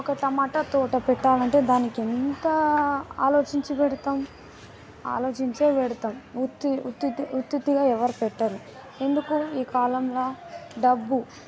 ఒక తమాట తోట పెట్టాలంటే దానికి ఎంత ఆలోచించి పెడతాము ఆలోచించే పెడతాము ఉత్తి ఉత్తుత్తి ఉత్తుత్తిగా ఎవరూ పెట్టరు ఎందుకు ఈ కాలంలో డబ్బు